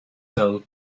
sell